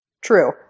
True